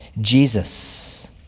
Jesus